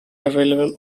available